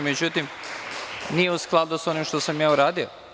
Međutim, nije u skladu sa onim što sam ja uradio.